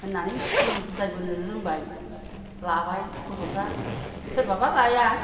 होननानै जों बुजायबोनो रोंबाय रोंबाय लाबाय गथ'फ्रा सोरबाबा लाया